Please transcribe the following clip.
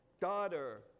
daughter